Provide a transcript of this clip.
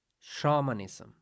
shamanism